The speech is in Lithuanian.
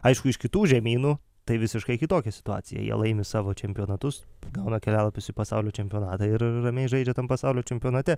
aišku iš kitų žemynų tai visiškai kitokia situacija jie laimi savo čempionatus gauna kelialapius į pasaulio čempionatą ir ramiai žaidžia tam pasaulio čempionate